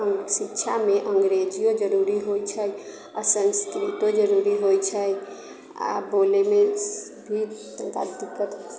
शिच्छामे अँग्रेजियो जरूरी होइत छै आ सन्स्कृतो जरूरी होइत छै आ बोलैमे भी तनिका दिक्कत